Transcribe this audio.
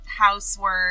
housework